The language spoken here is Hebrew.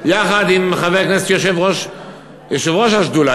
יחד עם חבר הכנסת יושב-ראש השדולה,